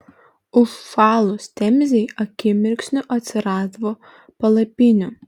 užšalus temzei akimirksniu atsirasdavo palapinių